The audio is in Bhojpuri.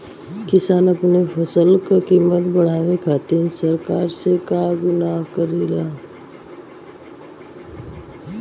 किसान अपने फसल क कीमत बढ़ावे खातिर सरकार से का गुहार करेला?